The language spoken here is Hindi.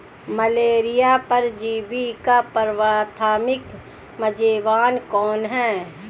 मलेरिया परजीवी का प्राथमिक मेजबान कौन है?